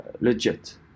legit